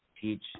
teach